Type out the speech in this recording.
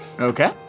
Okay